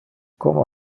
como